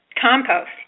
Compost